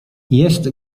jest